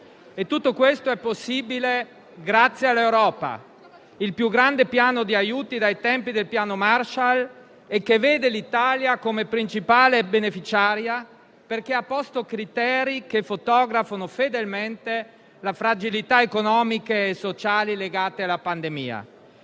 tutto questo è possibile grazie all'Europa. È il più grande Piano di aiuti dai tempi del Piano Marshall, che vede l'Italia come principale beneficiaria, perché ha posto criteri che fotografano fedelmente le fragilità economiche e sociali legate alla pandemia.